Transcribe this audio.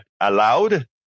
allowed